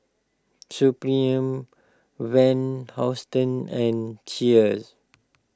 Supreme Van Housten and Cheers